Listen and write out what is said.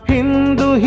Hindu